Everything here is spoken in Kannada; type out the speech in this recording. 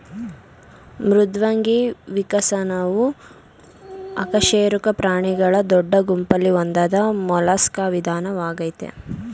ಮೃದ್ವಂಗಿ ವಿಕಸನವು ಅಕಶೇರುಕ ಪ್ರಾಣಿಗಳ ದೊಡ್ಡ ಗುಂಪಲ್ಲಿ ಒಂದಾದ ಮೊಲಸ್ಕಾ ವಿಧಾನವಾಗಯ್ತೆ